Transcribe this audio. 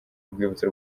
urwibutso